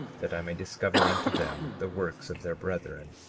that i may discover unto them the works of their brethren,